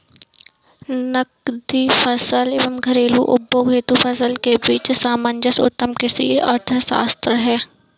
नकदी फसल एवं घरेलू उपभोग हेतु फसल के बीच सामंजस्य उत्तम कृषि अर्थशास्त्र है